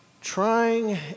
trying